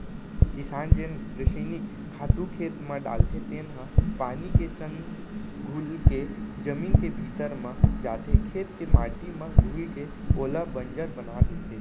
किसान जेन रसइनिक खातू खेत म डालथे तेन ह पानी के संग घुलके जमीन के भीतरी म जाथे, खेत के माटी म घुलके ओला बंजर बना देथे